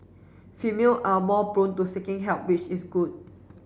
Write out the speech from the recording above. female are more prone to seeking help which is good